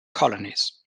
colonies